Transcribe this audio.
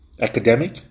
academic